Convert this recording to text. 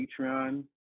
patreon